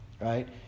right